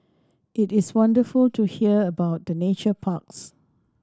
it is wonderful to hear about the nature parks